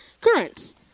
currents